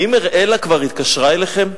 האם אראלה כבר התקשרה אליכם?